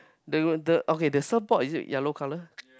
the the okay the surf board is it yellow colour